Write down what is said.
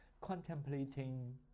contemplating